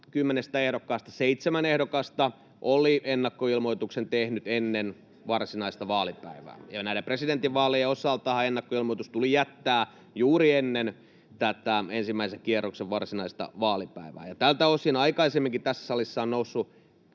kymmenestä ehdokkaasta seitsemän ehdokasta oli ennakkoilmoituksen tehnyt ennen varsinaista vaalipäivää, ja näiden presidentinvaalien osaltahan ennakkoilmoitus tuli jättää juuri ennen tätä ensimmäisen kierroksen varsinaista vaalipäivää. Ja tältä osin aikaisemminkin tässä salissa on noussut